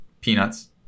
peanuts